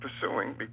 pursuing